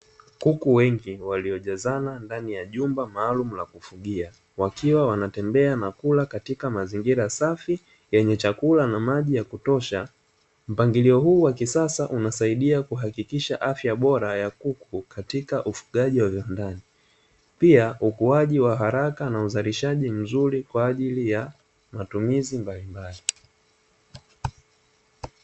Kuku wengi waliojazana ndani ya jumba maalum la kufugia, wakiwa wanatembea na kula katika mazingira safi yenye chakula na maji ya kutosha, mpangilio huu wa kisasa unasaidia kuhakikisha afya bora ya kuku katika ufugaji wa viwandani, pia ukuaji wa haraka na uzalishaji mzuri kwa ajili ya matumizi mbalimbali.